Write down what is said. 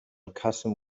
custom